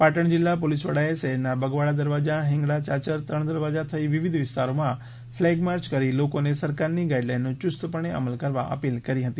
પાટણ જિલ્લા પોલીસ વડાએ શહેરના બગવાડા દરવાજા હિંગળા યાચર ત્રણ દરવાજા થઈ વિવિધ વિસ્તારોમાં ફ્લેગ માર્ય કરી લોકોને સરકારની ગાઇડલાઈનનું યુસ્તપણે અમલ કરવા અપીલ કરી હતી